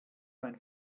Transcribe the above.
mein